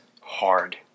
hard